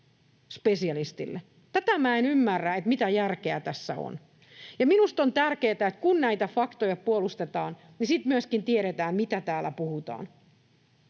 Minä en ymmärrä, mitä järkeä tässä on. Minusta on tärkeätä, että kun näitä faktoja puolustetaan, niin sitten myöskin tiedetään, mitä täällä puhutaan.